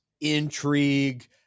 intrigue